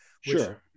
Sure